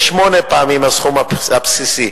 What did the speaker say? שמונה פעמים הסכום הבסיסי.